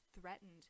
threatened